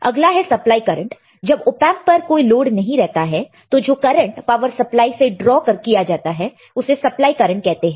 अगला है supply current जब ऑपएंप पर कोई लोड नहीं रहता है तो जो करंट पावर सप्लाई से ड्रॉ किया जाता है उसे सप्लाई करंट कहते हैं